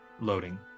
loading